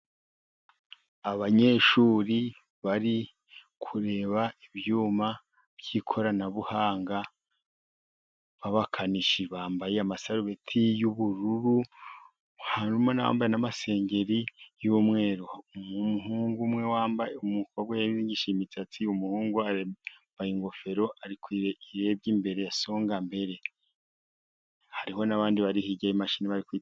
Abanyeshuri bari kureba ibyuma by'ikoranabuhanga b'abakanishi, bambaye amasarubeti y'ubururu harimo n'abambaye n'amasengeri y'umweru. Umuhungu umwe wambaye, umukobwa we yazingishije imisatsi, umuhungu yambaye ingofero ariko irebye imbere ya songa mbere. Hariho n'abandi bari hirya y'imashini bari kwitegereza.